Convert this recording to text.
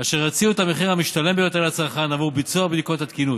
אשר יציעו את המחיר המשתלם ביותר לצרכן עבור ביצוע בדיקות התקינות.